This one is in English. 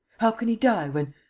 how can he die, when.